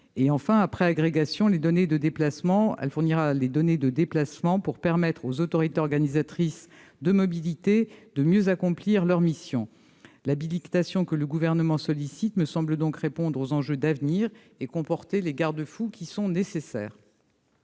Enfin, après agrégation, elle fournira les données de déplacement pour permettre aux autorités organisatrices de mobilité de mieux accomplir leur mission. L'habilitation que le Gouvernement sollicite me semble donc répondre aux enjeux d'avenir et comporter les garde-fous qui sont nécessaires.